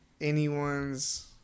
anyone's